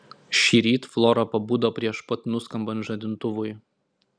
šįryt flora pabudo prieš pat nuskambant žadintuvui